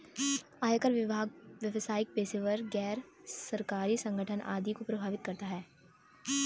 आयकर विभाग व्यावसायिक पेशेवरों, गैर सरकारी संगठन आदि को प्रभावित करता है